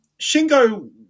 Shingo